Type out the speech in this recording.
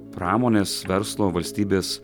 pramonės verslo valstybės